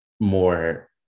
more